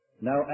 Now